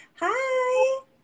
Hi